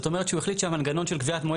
זאת אומרת שהוא החליט שמנגנון של קביעת מועד